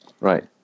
Right